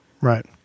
Right